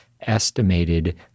estimated